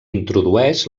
introdueix